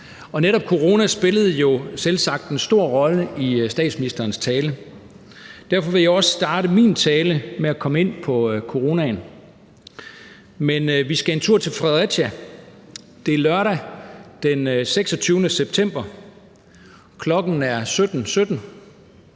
netop corona spillede jo selvsagt en stor rolle i statsministerens tale. Derfor vil jeg også starte min tale med at komme ind på coronaen. Vi skal en tur til Fredericia. Det er lørdag den 26. september. Klokken er 17.17.